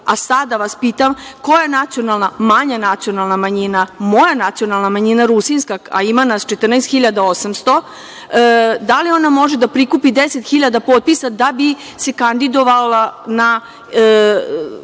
a sada vas pitam – koja nacionalna, manja nacionalna manjina, moja nacionalna manjina, rusinska, a ima nas 14.800, da li ona može da prikupi 10.000 potpisa da bi se kandidovala i